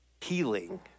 Healing